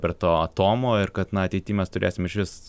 prie to atomo ir kad na ateity mes turėsim išvis